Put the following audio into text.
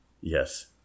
Yes